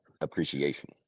appreciation